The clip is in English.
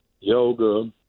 yoga